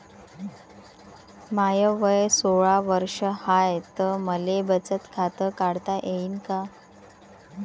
माय वय सोळा वर्ष हाय त मले बचत खात काढता येईन का?